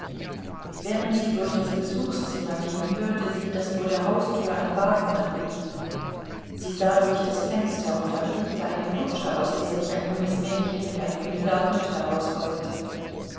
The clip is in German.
während sie durch das besuchszimmer ging hörte sie daß vor der haustür ein wagen anhielt sie sah durch das fenster und erblickte eine kutsche aus der sich ein junges mädchen mit einem lila hut